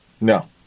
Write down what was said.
No